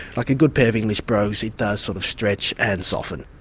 like a good pair of english brogues, it does sort of stretch and soften.